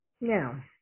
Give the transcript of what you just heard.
Now